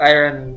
Iron